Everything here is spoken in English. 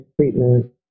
treatment